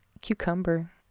cucumber